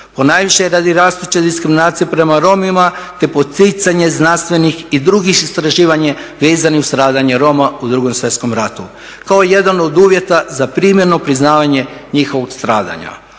Ponajviše radi rastuće diskriminacije prema Romima te poticanje znanstvenih i drugih istraživanja vezanih uz stradanje Roma u 2. svjetskom ratu kao jedan od uvjeta za primjenu i priznavanje njihovog stradanja.